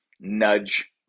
nudge